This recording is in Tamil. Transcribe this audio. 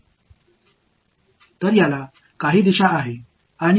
இது போன்ற ஏதாவது ஒன்றைக் கொண்டிருக்கும்